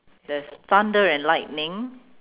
there's thunder and lightning